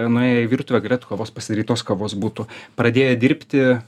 nuėję į virtuvę galėtų kavos pasidaryt tos kavos būtų pradėję dirbti